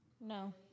No